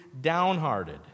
downhearted